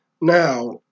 Now